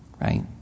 Right